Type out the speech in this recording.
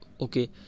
Okay